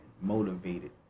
motivated